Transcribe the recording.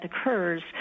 occurs